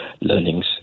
learnings